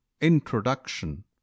introduction